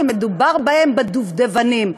כשמדובר בדובדבנים,